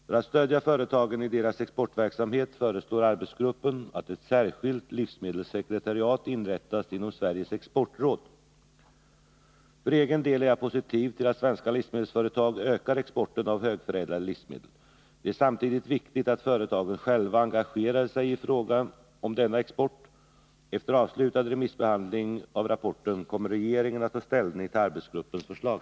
För att stödja företagen i deras exportverksamhet föreslår arbetsgruppen att ett särskilt livsmedelssekretariat inrättas inom Sveriges Exportråd. För egen del är jag positiv till att svenska livsmedelsföretag ökar exporten av högförädlade livsmedel. Det är samtidigt viktigt att företagen själva engagerar sig i fråga om denna export. Efter avslutad remissbehandling av rapporten kommer regeringen att ta ställning till arbetsgruppens förslag.